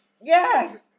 yes